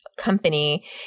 company